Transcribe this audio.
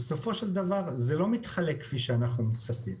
בסופו של דבר זה לא מתחלק כפי שאנחנו מצפים,